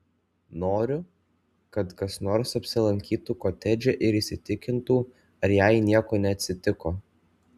noriu kad kas nors apsilankytų kotedže ir įsitikintų ar jai nieko neatsitiko